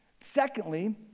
Secondly